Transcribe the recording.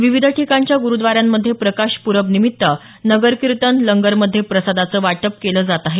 विविध ठिकाणच्या गुरुद्वारांमध्ये प्रकाश पूरब निमित्त नगर कीर्तन लंगरमधे प्रसादाचं वाट्प केलं जात आहे